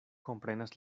komprenas